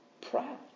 proud